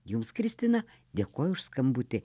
jums kristina dėkoju už skambutį